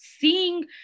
seeing